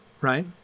right